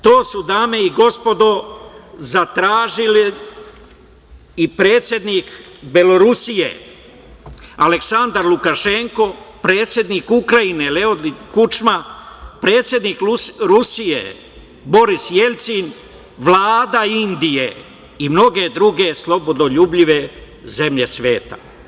To su dame i gospodo zatražili i predsednik Belorusije Aleksandar Lukašenko, predsednik Ukrajine Leonid Kučma, predsednik Rusije Boris Jeljcin, Vlada Indije i mnoge druge slobodoljubive zemlje sveta.